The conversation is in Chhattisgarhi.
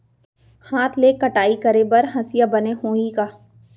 हाथ ले कटाई करे बर हसिया बने होही का?